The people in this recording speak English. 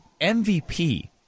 MVP